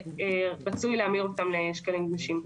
ורצוי להמיר אותם לשקלים גמישים.